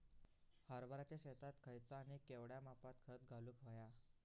हरभराच्या शेतात खयचा आणि केवढया मापात खत घालुक व्हया?